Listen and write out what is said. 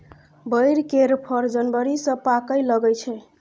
बैर केर फर जनबरी सँ पाकय लगै छै